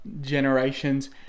generations